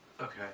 Okay